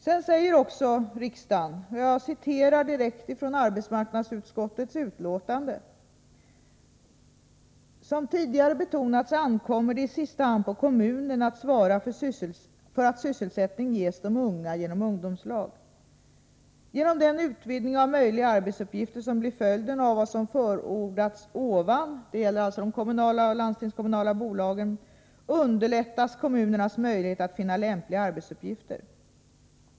På s. 11 i arbetsmarknadsutskottets betänkande 1983/84:12 sägs följande: ”Som tidigare betonats ankommer det i sista hand på kommunerna att ansvara för att sysselsättning ges de unga genom ungdomslag. Genom den utvidgning av möjliga arbetsuppgifter som blir följden av vad som förordats ovan” — det gäller alltså de kommunala och landstingskommunala bolagen — ”underlättas kommunernas möjligheter att finna lämpliga arbetsuppgifter.